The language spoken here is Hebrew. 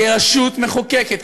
תפקידנו כרשות המחוקקת,